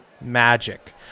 magic